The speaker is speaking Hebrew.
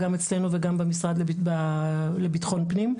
גם אצלנו וגם במשרד לבטחון פנים.